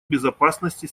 безопасности